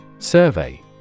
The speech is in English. Survey